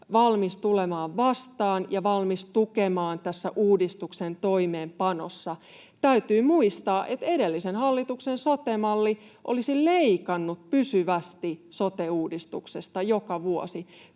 valmis tulemaan vastaan ja valmis tukemaan tässä uudistuksen toimeenpanossa. Täytyy muistaa, että edellisen hallituksen sote-malli olisi leikannut pysyvästi sote-uudistuksesta joka vuosi.